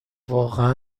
واقعا